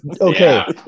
Okay